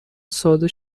ساده